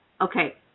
Okay